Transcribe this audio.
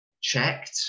checked